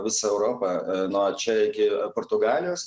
visą europą nuo čia iki portugalijos